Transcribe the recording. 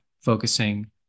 focusing